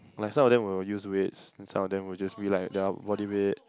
like some of them will use weights and some of them will just be like their body weight